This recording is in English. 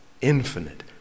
infinite